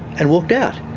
and walked out.